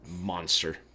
Monster